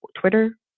Twitter